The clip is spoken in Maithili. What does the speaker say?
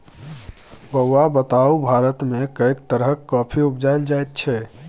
बौआ बताउ भारतमे कैक तरहक कॉफी उपजाएल जाइत छै?